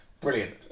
Brilliant